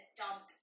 dump